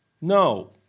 No